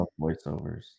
voiceovers